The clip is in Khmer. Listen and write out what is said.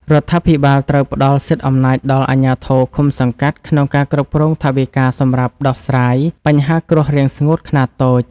រដ្ឋាភិបាលត្រូវផ្តល់សិទ្ធិអំណាចដល់អាជ្ញាធរឃុំសង្កាត់ក្នុងការគ្រប់គ្រងថវិកាសម្រាប់ដោះស្រាយបញ្ហាគ្រោះរាំងស្ងួតខ្នាតតូច។